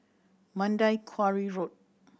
Mandai Quarry Road